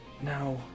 Now